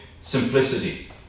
simplicity